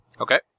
okay